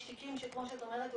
יש תיקים שכמו שאת אומרת,